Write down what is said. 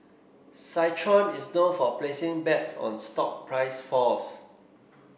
citron is known for placing bets on stock price falls